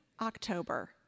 October